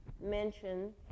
mention